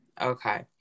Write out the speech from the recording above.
okay